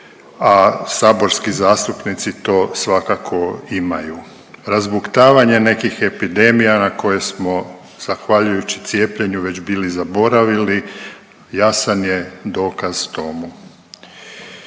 a saborski zastupnici to svakako imaju. Razbuktavanje nekih epidemija na koje smo, zahvaljujući cijepljenju već bili zaboravili, jasan je dokaz tomu.